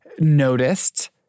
noticed